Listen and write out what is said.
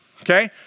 okay